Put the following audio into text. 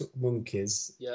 monkeys